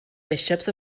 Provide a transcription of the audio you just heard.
bishops